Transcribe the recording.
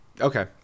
Okay